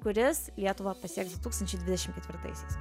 kuris lietuvą pasieks du tūkstančiai dvidešim ketvirtaisiais